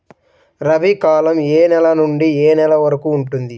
రబీ కాలం ఏ నెల నుండి ఏ నెల వరకు ఉంటుంది?